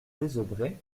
désaubrais